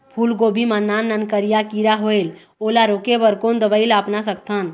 फूलगोभी मा नान नान करिया किरा होयेल ओला रोके बर कोन दवई ला अपना सकथन?